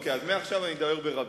אוקיי, אז מעכשיו אני אדבר ברבים.